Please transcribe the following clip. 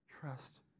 Trust